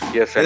Yes